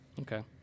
Okay